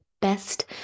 best